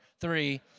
three